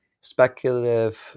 speculative